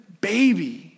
baby